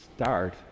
start